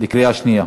בקריאה שנייה.